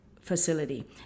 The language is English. facility